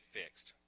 fixed